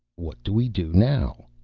what do we do now?